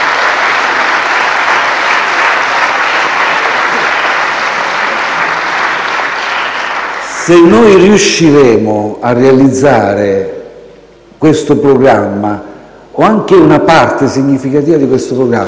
Se noi riusciremo a realizzare questo programma, o anche una parte significativa di esso,